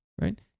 right